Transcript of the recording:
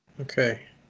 Okay